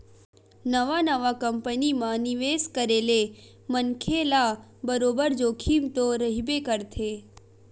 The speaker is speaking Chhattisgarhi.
नवा नवा कंपनी म निवेस करे ले मनखे ल बरोबर जोखिम तो रहिबे करथे